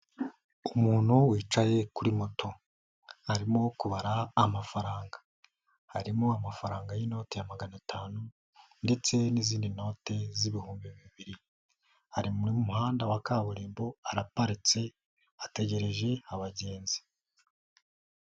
Umuntu wicaye kuri moto, arimo kubara amafaranga, harimo amafaranga y'inote magana atanu, ndetse n'izindi n note z'ibihumbi bibiri, ari mu muhanda wa kaburimbo, araparitse ategereje abagenzi.